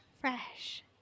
Fresh